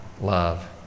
love